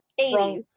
80s